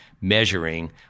measuring